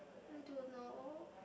I don't know